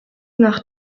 nach